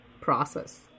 process